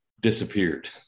disappeared